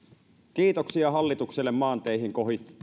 kiitoksia hallitukselle maanteihin